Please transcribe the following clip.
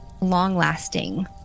long-lasting